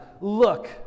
look